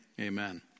amen